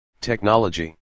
technology